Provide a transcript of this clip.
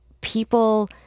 people